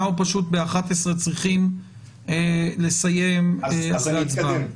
פשוט בשעה 11:00 צריכים לסיים את הדיון.